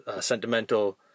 sentimental